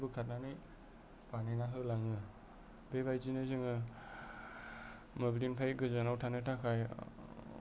बोखारनानै बानायना होलाङो बेबादिनो जोङो मोब्लिबनिफ्राय गोजानाव थानो थाखाय